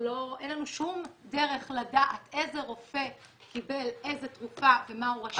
אין לנו שום דרך לדעת איזה רופא קיבל איזה תרופה ומה הוא רשם.